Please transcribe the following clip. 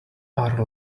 are